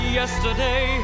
yesterday